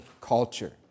culture